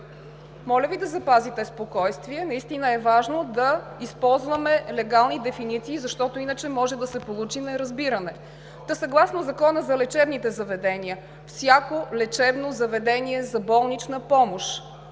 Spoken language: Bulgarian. Моля Ви да запазите спокойствие, защото наистина е важно да използваме легални дефиниции, защото иначе може да се получи неразбиране. Та съгласно Закона за лечебните заведения всяко лечебно заведение за болнична помощ